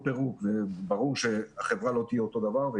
ברור שהחברה לא תהיה אותו דבר.